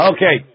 Okay